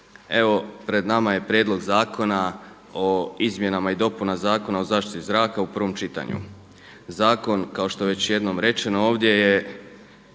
Evo pred nama je Prijedlog zakona o izmjenama i dopunama Zakona o zaštiti zraka u prvom čitanju. Zakon kao što je već jednom rečeno ovdje je